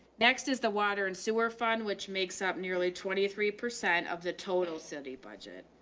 next is the water and sewer fund, which makes up nearly twenty three percent of the total city budget